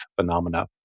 phenomena